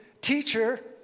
teacher